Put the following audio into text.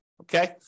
okay